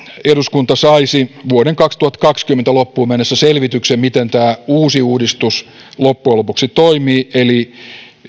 eduskunta saisi vuoden kaksituhattakaksikymmentä loppuun mennessä selvityksen miten tämä uusi uudistus loppujen lopuksi toimii eli